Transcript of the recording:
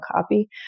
copy